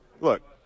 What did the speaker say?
Look